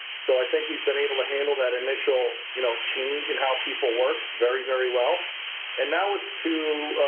so i think we've been able to handle that initial you know change in how people work very, very well and now it's to,